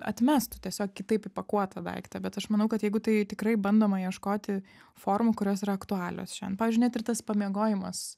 atmestų tiesiog kitaip įpakuotą daiktą bet aš manau kad jeigu tai tikrai bandoma ieškoti formų kurios yra aktualios šian pavyzdžiui net ir tas pamiegojimas